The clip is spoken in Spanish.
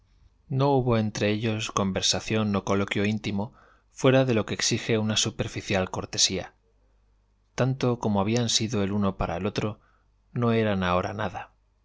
no hubo entre ellos conversación ni coloquio íntimo fuera de lo que exige una superficial cortesía tanto como habían sido el uno para el otro no eran ahora nada